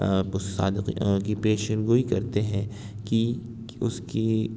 اس صادق کی پیشین گوئی کرتے ہیں کہ اس کی